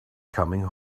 coming